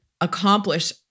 accomplish